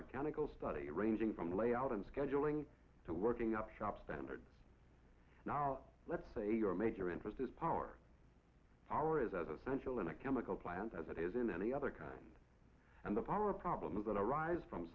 mechanical study ranging from layout and scheduling to working up shop standards now let's say your major interest is power power is essential in a chemical plant as it is in any other kind and the power problems that arise from